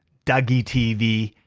douggie tv,